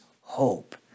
hope